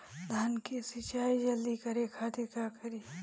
धान के सिंचाई जल्दी करे खातिर का करी?